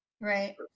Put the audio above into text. Right